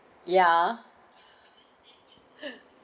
ya